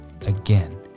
again